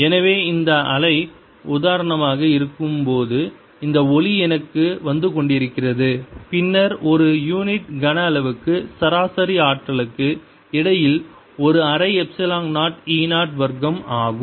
எனவே இந்த அலை உதாரணமாக இருக்கும்போது இந்த ஒளி எனக்கு வந்து கொண்டிருக்கிறது பின்னர் ஒரு யூனிட் கன அளவுக்கு சராசரி ஆற்றலுக்கு இடையில் ஒரு அரை எப்சிலான் 0 e 0 வர்க்கம் ஆகும்